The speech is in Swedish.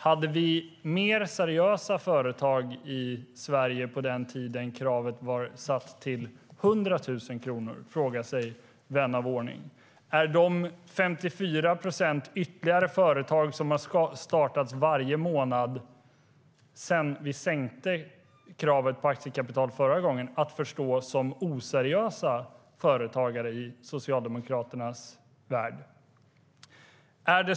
Hade vi mer seriösa företag i Sverige på den tiden då kravet var 100 000 kronor? Det frågar sig vän av ordning. Är de 54 procent ytterligare företag som har startat varje månad sedan vi sänkte kravet på aktiekapital förra gången att förstå som oseriösa företagare i Socialdemokraternas värld?